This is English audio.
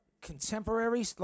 contemporary